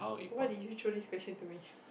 why did you throw this question to me